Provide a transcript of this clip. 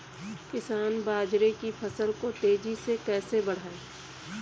किसान बाजरे की फसल को तेजी से कैसे बढ़ाएँ?